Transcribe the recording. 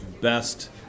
best